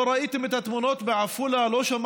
לא ראיתם את התמונות מעפולה?